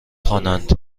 خوانند